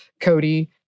Cody